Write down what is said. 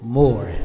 more